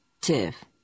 tiff